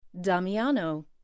Damiano